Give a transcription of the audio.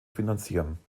finanzieren